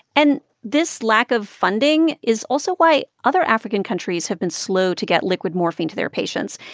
and this lack of funding is also why other african countries have been slow to get liquid morphine to their patients,